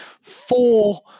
four